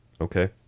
Okay